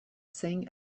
sing